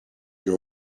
your